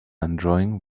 enjoying